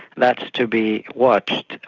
that's to be watched.